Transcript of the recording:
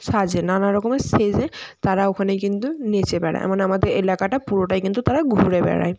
সাজে নানা রকমের সেজে তারা ওখানে কিন্তু নেচে বেড়ায় মানে আমাদের এলাকাটা পুরোটাই কিন্তু তারা ঘুরে বেড়ায়